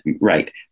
right